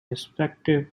respective